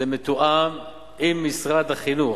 זה מתואם עם משרד החינוך.